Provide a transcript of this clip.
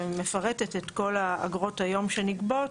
שמפרטת את כל האגרות היום שנגבות,